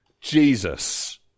Jesus